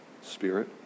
spirit